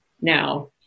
now